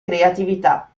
creatività